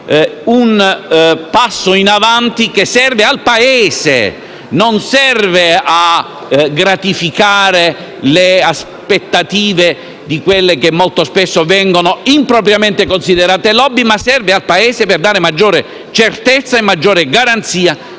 un passo in avanti che serve al Paese, non a gratificare le aspettative di quelle che molto spesso vengono impropriamente considerate *lobby*. Serve al Paese per dare maggiore certezza e garanzia